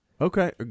okay